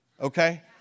Okay